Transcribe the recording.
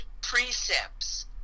precepts